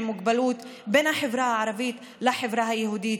מוגבלות בין החברה הערבית לחברה היהודית,